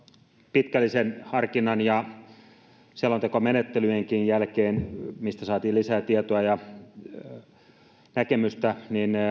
pitkällisen harkinnan ja selontekomenettelyjenkin jälkeen mistä saatiin lisää tietoa ja näkemystä